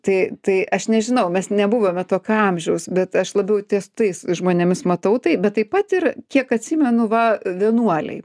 tai tai aš nežinau mes nebuvome tokio amžiaus bet aš labiau ties tais žmonėmis matau tai bet taip pat ir kiek atsimenu va vienuoliai